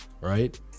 right